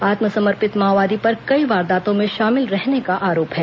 आत्मसमर्पित माओवादी पर कई वारदातों में शामिल रहने का आरोप है